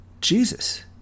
Jesus